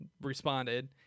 responded